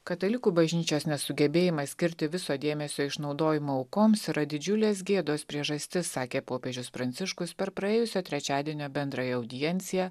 katalikų bažnyčios nesugebėjimas skirti viso dėmesio išnaudojimo aukoms yra didžiulės gėdos priežastis sakė popiežius pranciškus per praėjusio trečiadienio bendrąją audienciją